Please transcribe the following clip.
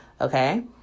Okay